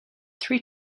three